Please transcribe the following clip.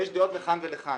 יש דעות לכאן ולכאן.